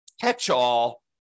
catch-all